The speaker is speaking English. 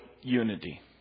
unity